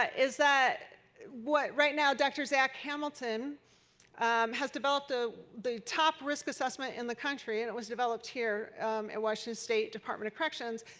ah is that what right now dr. zach hamilton has developed ah the top risk assessment in the country. and it was developed here at washington state department of corrections.